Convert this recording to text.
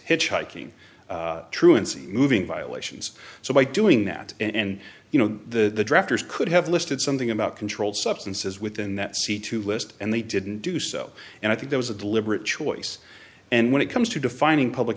hitchhiking truancy moving violations so by doing that and you know the drafters could have listed something about controlled substances within that c to list and they didn't do so and i think that was a deliberate choice and when it comes to defining public